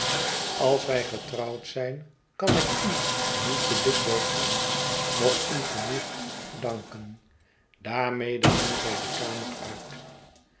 als wij getrouwd zijn kan ik u niet te dikwijls zien noch u genoeg danken daarmede ging zij de kamer uit